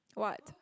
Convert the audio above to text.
what